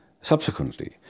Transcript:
subsequently